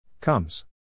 Comes